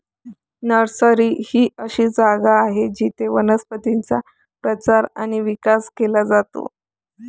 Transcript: nursery ही अशी जागा आहे जिथे वनस्पतींचा प्रचार आणि विकास केला जातो